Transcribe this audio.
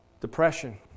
depression